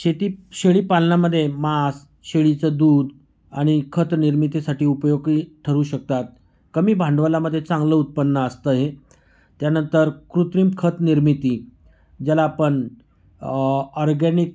शेती शेळीपालनामध्ये मास शेळीचं दूध आणि खत निर्मितीसाठी उपयोगी ठरवू शकतात कमी भांडवलामध्ये चांगलं उत्पन्न असतं हे त्यानंतर कृत्रिम खतनिर्मिती ज्याला आपण ऑरगॅनिक